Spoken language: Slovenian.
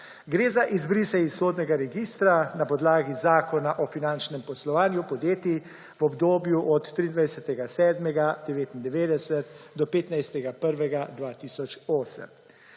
Gre za izbrise iz sodnega registra na podlagi Zakona o finančnem poslovanju podjetij v obdobju od 23. 7. 1999 do 15. 1. 2008.